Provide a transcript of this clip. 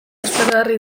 aspergarri